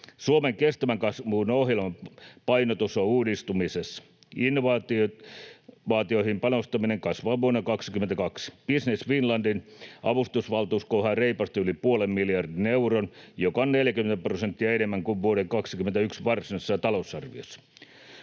Suomen kestävän kasvun ohjelman painotus on uudistumisessa. Innovaatioihin panostaminen kasvaa vuonna 22. Business Finlandin avustusvaltuus kohoaa reippaasti yli puolen miljardin euron, joka on 40 prosenttia enemmän kuin vuoden 21 varsinaisessa talousarviossa.